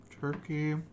turkey